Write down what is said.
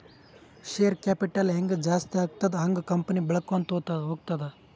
share capital ಹ್ಯಾಂಗ್ ಜಾಸ್ತಿ ಆಗ್ತದ ಹಂಗ್ ಕಂಪನಿ ಬೆಳ್ಕೋತ ಹೋಗ್ತದ